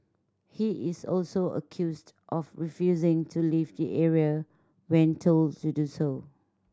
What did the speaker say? he is also accused of refusing to leave the area when told to do so